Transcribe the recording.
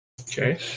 Okay